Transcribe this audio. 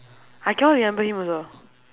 I cannot remember him also